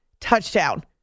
touchdown